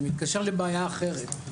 זה מתקשר לבעיה אחרת.